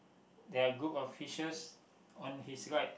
there're a group of fishes on his right